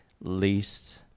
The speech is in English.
least